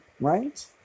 right